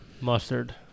Mustard